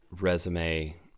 resume